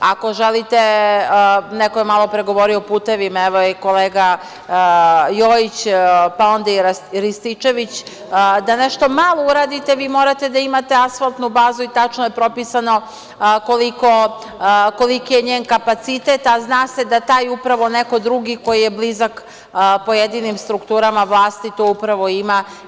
Ako želite, neko je malopre govorio o putevima, evo i kolega Jojić, pa onda i Rističević, da nešto malo uradite vi morate da imate asfaltnu bazu i tačno je propisano koliki je njen kapacitet, a zna se da taj upravo neko drugi koji je blizak pojedinim strukturama vlasti to upravo ima.